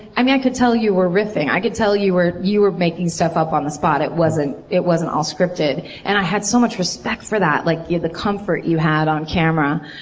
i yeah could tell you were riffing. i could tell you were you were making stuff up on the spot. it wasn't it wasn't all scripted. and i had so much respect for that. like the comfort you had on camera.